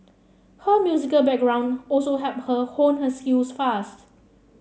her musical background also helped her hone her skills fast